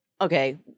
okay